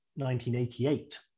1988